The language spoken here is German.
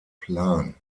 plan